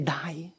die